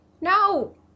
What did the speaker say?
No